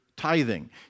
tithing